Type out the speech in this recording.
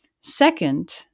Second